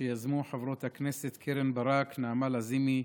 שיזמו חברות הכנסת קרן ברק, נעמה לזימי,